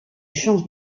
change